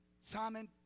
Simon